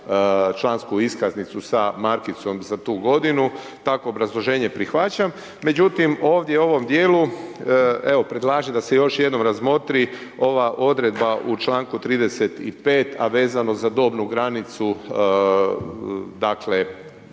člansku iskaznicu sa markicom za tu godinu, takvo obrazloženje prihvaćam. Međutim ovdje u ovom dijelu, evo predlažem da se još jednom razmotri ova odredba u članku 35. a vezano za dobnu granicu dakle